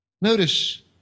Notice